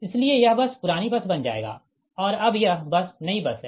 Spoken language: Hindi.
इसलिए यह बस पुरानी बस बन जाएगा और अब यह बस नई बस है